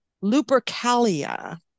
Lupercalia